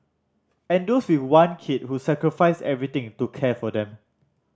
and those with one kid who sacrificed everything to care for them